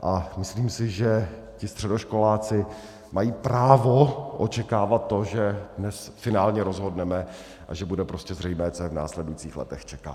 A myslím si, že ti středoškoláci mají právo očekávat to, že dnes finálně rozhodneme a že bude prostě zřejmé, co je v následujících letech čeká.